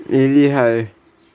eh 厉害 leh